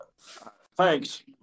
Thanks